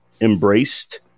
embraced